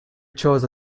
chose